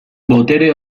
botere